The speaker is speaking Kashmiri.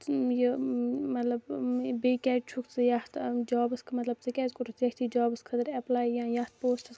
یہِ مطلب بیٚیہِ کیازِ چھُکھ ژٕ یَتھ جابَس خٲطرٕ مطلب ژےٚ کیازِ کوٚرُتھ یِتھِ جابَس خٲطرٕ ایپلے یا یَتھ پوسٹَس